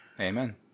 Amen